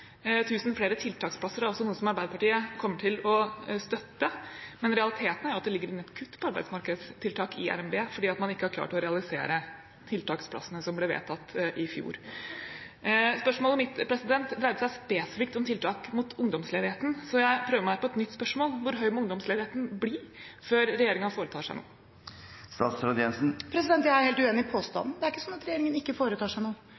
flere tiltaksplasser er også noe som Arbeiderpartiet kommer til å støtte, men realiteten er at det ligger inne et kutt på arbeidsmarkedstiltak i revidert nasjonalbudsjett fordi man ikke har klart å realisere tiltaksplassene som ble vedtatt i fjor. Spørsmålet mitt dreide seg spesifikt om tiltak mot ungdomsledigheten, så jeg prøver meg på et nytt spørsmål. Hvor høy må ungdomsledigheten bli før regjeringen foretar seg noe? Jeg er helt uenig i påstanden. Det er ikke sånn at regjeringen ikke foretar seg noe.